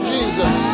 Jesus